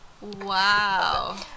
Wow